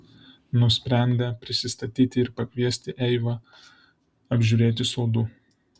nusprendė prisistatyti ir pakviesti eivą apžiūrėti sodų